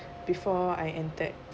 before I entered